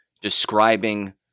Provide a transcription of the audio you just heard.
describing